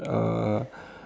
uh